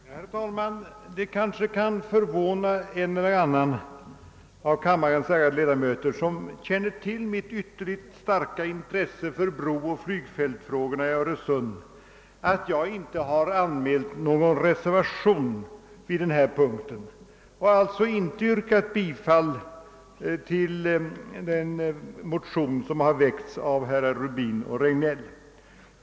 Herr talman! Det kanske kan förvåna en eller annan av kammarens ärade ledamöter, som känner till mitt ytterligt starka intresse för brooch flygplatsfrågorna vid Öresund, att jag inte har anmält någon reservation vid denna punkt och alltså inte yrkat bifall till den motion som har väckts av herrar Rubin och Regnéll.